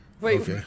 Wait